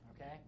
okay